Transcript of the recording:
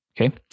okay